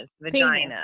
vagina